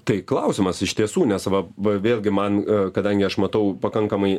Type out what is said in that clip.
tai klausimas iš tiesų nes va va vėlgi man kadangi aš matau pakankamai